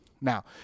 Now